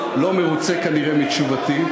לא מרוצה כנראה מתשובתי,